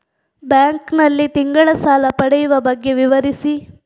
Bank ನಲ್ಲಿ ತಿಂಗಳ ಸಾಲ ಪಡೆಯುವ ಬಗ್ಗೆ ವಿವರಿಸಿ?